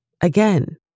again